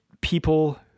people